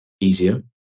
easier